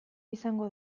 izango